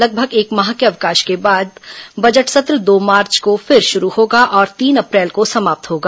लगभग एक माह के अवकाश के बाद बजट सत्र दो मार्च को फिर शुरू होगा और तीन अप्रैल को समाप्त होगा